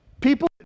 people